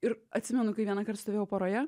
ir atsimenu kai vienąkart stovėjau poroje